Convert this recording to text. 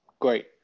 Great